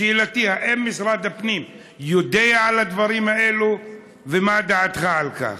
שאלתי: האם משרד הפנים יודע על הדברים האלה ומה דעתך על כך?